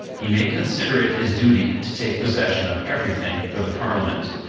he may consider it his duty to take possession of every thing for the parliament,